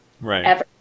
Right